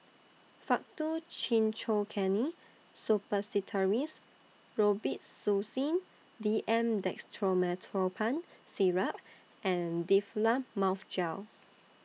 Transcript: Faktu Cinchocaine Suppositories Robitussin D M Dextromethorphan Syrup and Difflam Mouth Gel